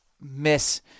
miss